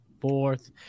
fourth